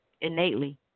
innately